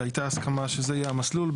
הייתה הסכמה שזה יהיה המסלול.